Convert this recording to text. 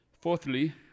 Fourthly